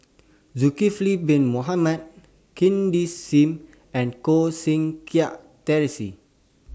Zulkifli Bin Mohamed Cindy SIM and Koh Seng Kiat Terence